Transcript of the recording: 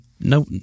no